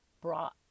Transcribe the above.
brought